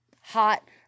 Hot